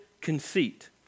conceit